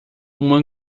uma